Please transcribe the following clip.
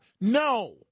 No